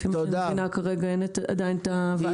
לפי מה שאני מבינה כרגע אין עדיין את הוועדה.